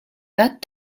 that